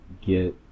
get